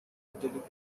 delegated